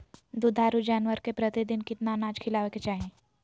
दुधारू जानवर के प्रतिदिन कितना अनाज खिलावे के चाही?